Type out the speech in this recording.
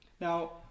Now